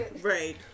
right